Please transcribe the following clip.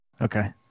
Okay